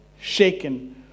shaken